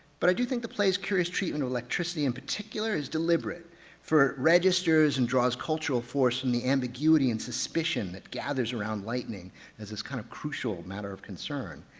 but i do think the play's curious treatment of electricity in particular is deliberate for it registers and draws cultural force from the ambiguity and suspicion that gathers around lightning as this kind of crucial matter of concern.